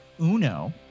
uno